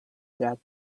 that